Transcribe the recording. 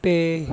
pay